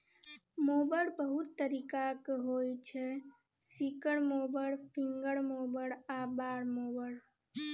mower बहुत तरीकाक होइ छै सिकल मोबर, फिंगर मोबर आ बार मोबर